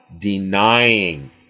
denying